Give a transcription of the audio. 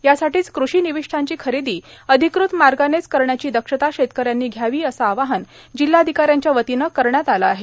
यासाठीच क्रषी निविष्ठांची खरेदी अधिकृत मार्गानेच करण्याची दक्षता शेतकऱ्यांनी घ्यावी असं आवाहन जिल्हाधिकाऱ्यांच्या वतीनं करण्यात आलं आहे